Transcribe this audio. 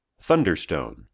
Thunderstone